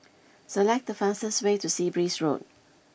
select the fastest way to Sea Breeze Road